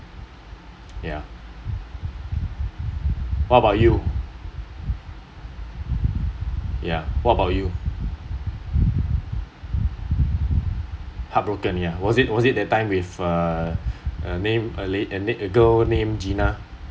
ya what about you ya what about you heartbroken ya was it was it that time with uh a name a la~ a girl named gina